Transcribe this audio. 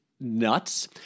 nuts